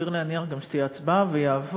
סביר להניח שגם תהיה הצבעה והוא יעבור.